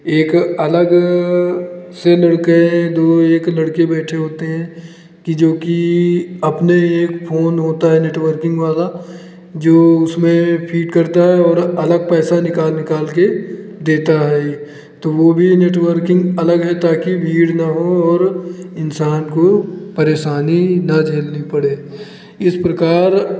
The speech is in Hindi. एक अलग से मिलकर दो एक लड़के बैठे होते हैं कि जो कि अपने एक फ़ोन होता है नेटवर्किंग वाला जो उसमें फीड करता है और अलग पैसा निकाल निकालकर देता है यह तो वह भी नेटवर्किंग अलग है ताकी भीड़ न हो और इंसान को परेशानी न झेलनी पड़े इस प्रकार